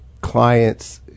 clients